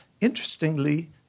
Interestingly